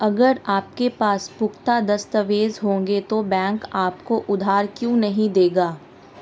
अगर आपके पास पुख्ता दस्तावेज़ होंगे तो बैंक आपको उधार क्यों नहीं देगा?